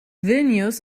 vilnius